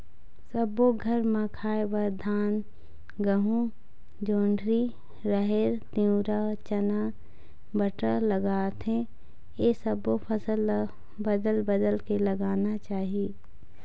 सब्बो घर म खाए बर धान, गहूँ, जोंधरी, राहेर, तिंवरा, चना, बटरा लागथे ए सब्बो फसल ल बदल बदल के लगाना चाही